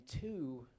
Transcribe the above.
two